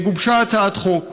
גובשה הצעת חוק.